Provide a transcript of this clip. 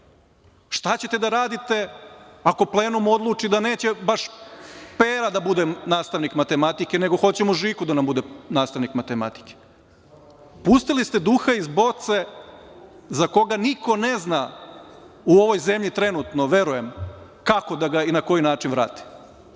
Šta ćete da radite ako plenum odluči da neće baš Pera da bude nastavnik matematike, nego hoćemo Žiku da nam bude nastavnik matematike? Pustili ste duha iz boce za koga niko ne zna u ovoj zemlji trenutno, verujem, kako da ga i na koji način vrati. Dali